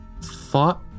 thought